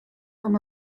from